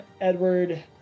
Edward